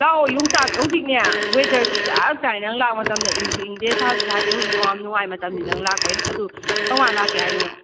ꯂꯥꯛꯑꯣ ꯌꯣꯡꯆꯥꯛ ꯍꯧꯖꯤꯛꯅꯦ ꯋꯦꯗ꯭ꯔꯁꯨ ꯆꯞ ꯆꯥꯔꯦ ꯅꯪ ꯂꯥꯛꯄ ꯃꯇꯝꯗ ꯏꯪꯁꯨ ꯏꯪꯗꯦ ꯁꯥꯁꯨ ꯁꯥꯗꯦ ꯍꯧꯖꯤꯛ ꯌꯥꯝ ꯅꯨꯡꯉꯥꯏꯕ ꯃꯇꯝꯅꯦ ꯅꯪ ꯂꯥꯛꯄꯩ ꯑꯗꯨ ꯀꯔꯝꯀꯥꯟ ꯂꯥꯛꯀꯦ ꯍꯥꯏꯔꯤꯅꯣ